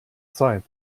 zeit